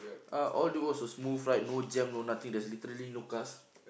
uh all the roads were smooth right no jam no nothing there's literally no cars